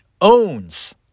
owns